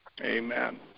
Amen